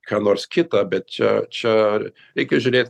ką nors kita bet čia čia reikia žiūrėt